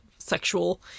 sexual